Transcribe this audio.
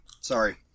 Sorry